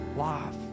life